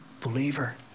believer